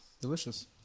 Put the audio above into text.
Delicious